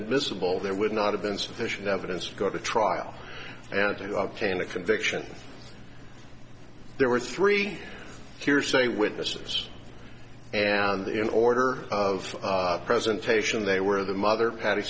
admissible there would not have been sufficient evidence to go to trial and to obtain a conviction there were three here say witnesses and in order of presentation they were the mother